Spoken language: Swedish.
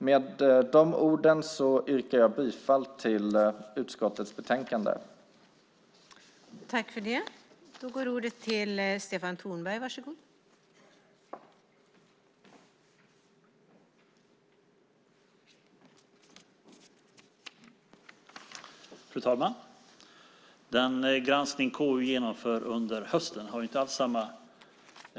Med det yrkar jag på godkännande av utskottets anmälan i betänkandet.